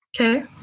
okay